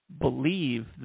believe